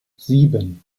sieben